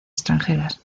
extranjeras